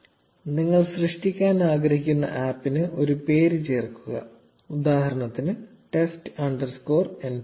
0211 നിങ്ങൾ സൃഷ്ടിക്കാൻ ആഗ്രഹിക്കുന്ന ആപ്പിന് ഒരു പേര് ചേർക്കുക ഉദാഹരണത്തിന് ടെസ്റ്റ് അണ്ടർസ്കോർ nptel